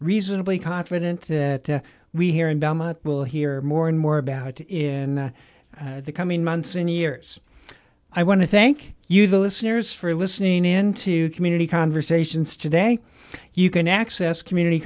reasonably confident that we here in belmont will hear more and more about in the coming months and years i want to thank you the listeners for listening in to community conversations today you can access community